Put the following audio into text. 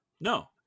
No